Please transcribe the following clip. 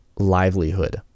Livelihood